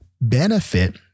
benefit